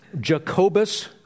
Jacobus